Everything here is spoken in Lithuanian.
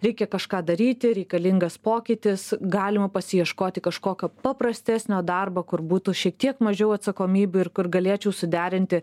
reikia kažką daryti reikalingas pokytis galima pasiieškoti kažkokio paprastesnio darbo kur būtų šiek tiek mažiau atsakomybių ir kur galėčiau suderinti